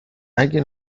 اگه